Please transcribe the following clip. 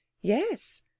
Yes